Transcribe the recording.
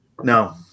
no